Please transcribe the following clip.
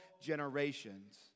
generations